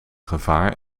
gevaar